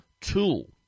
tool